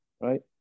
Right